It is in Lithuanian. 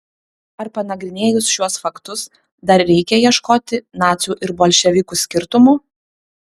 ar panagrinėjus šiuos faktus dar reikia ieškoti nacių ir bolševikų skirtumų